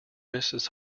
mrs